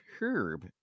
herb